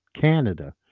Canada